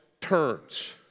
turns